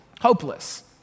hopeless